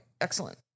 Excellent